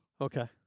Okay